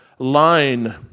line